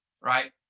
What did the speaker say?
right